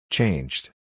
Changed